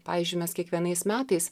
pavyzdžiui mes kiekvienais metais